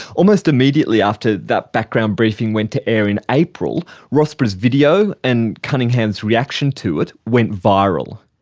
almost immediately after that background briefing went to air in april, rossborough's video and cunningham's reaction to it went viral.